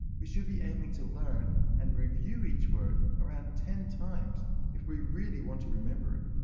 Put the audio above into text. we should be aiming to learn and review each word around ten times if we really want to remember it.